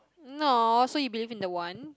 no so you believe in the one